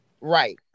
right